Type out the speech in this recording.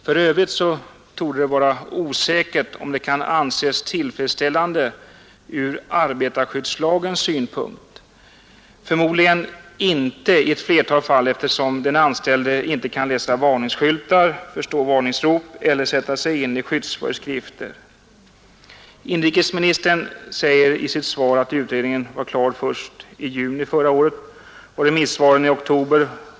För övrigt torde det vara osäkert om förhållandena kan anses tillfredsställande ur arbetarskyddslagens synpunkt. Förmodligen inte i ett flertal fall, eftersom den anställde inte kan läsa varningsskyltar, förstå varningsrop eller sätta sig in i skyddsföreskrifter. Inrikesministern säger i sitt svar att utredningen lades fram i juni 1971 och remissbehandlingen var avslutad i slutet av oktober.